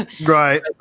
Right